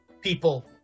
people